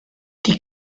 die